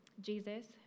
Jesus